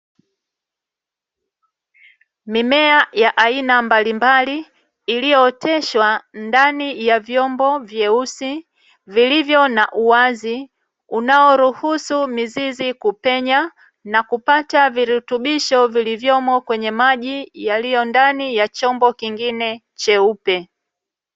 Mimea ya aina mbalimbali iliyooteshwa ndani ya vyombo vyeusi, vilivyo na uwazi unaoruhusu mizizi kupenya, na kupata virutubisho vilivyomo kwenye maji yaliyo kwenye chombo kingine cheupe.